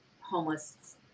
homeless